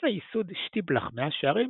לפני ייסוד שטיבלך מאה שערים,